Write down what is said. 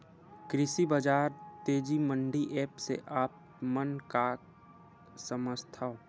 कृषि बजार तेजी मंडी एप्प से आप मन का समझथव?